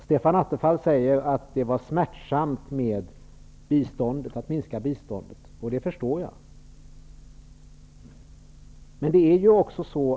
Sedan säger Stefan Attefall att det var smärtsamt att minska biståndet, och det förstår jag.